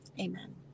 amen